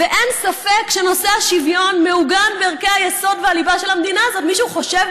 אין ספק שנושא השוויון מעוגן בערכי היסוד והליבה של המדינה הזאת.